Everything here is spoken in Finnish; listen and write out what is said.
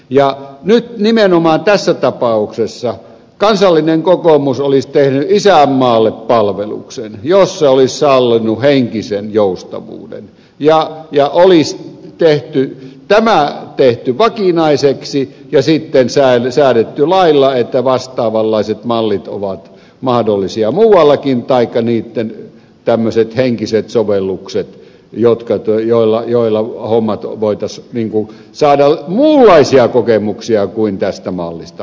ja nyt nimenomaan tässä tapauksessa kansallinen kokoomus olisi tehnyt isänmaalle palveluksen jos se olisi sallinut henkisen joustavuuden ja olisi tämä tehty vakinaiseksi ja sitten säädetty lailla että vastaavanlaiset mallit ovat mahdollisia muuallakin taikka niitten tämmöiset henkiset sovellukset joilla voitaisiin saada muunlaisia kokemuksia kuin tästä mallista on saatu